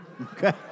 Okay